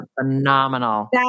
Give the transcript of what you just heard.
phenomenal